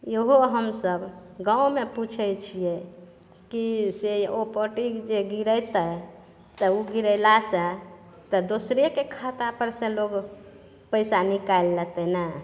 इहो हमसब गाँवमे पूछै छियै की से ओ पी टी जे गिरैतै तऽ ओ गिरैला सऽ तऽ दोसरेके खातापर से लोग पैसा निकालि लेतै ने